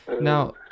Now